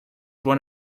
one